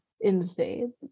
insane